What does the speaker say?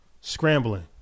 scrambling